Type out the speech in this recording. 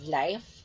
life